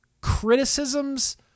criticisms